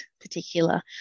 particular